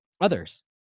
others